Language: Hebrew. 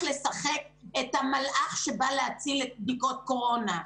לשחק את המלאך שבא להציל את בדיקות קורונה.